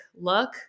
look